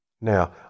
Now